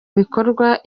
bikorwa